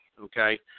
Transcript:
Okay